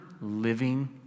living